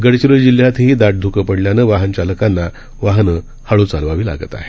गडचिरोली जिल्ह्यांतही दाट ध्कं पडल्यानं वाहन चालकांना वाहने हळू चालवावी लागत आहेत